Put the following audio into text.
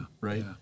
Right